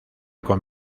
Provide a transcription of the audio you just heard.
con